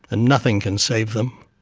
and nothing can save them.